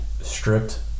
stripped